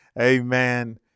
Amen